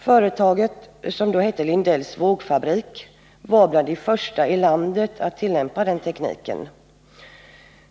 Företaget, som då hette Lindells Vågfabrik, var bland de första i landet att tillämpa den tekniken.